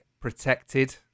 protected